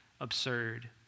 absurd